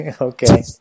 Okay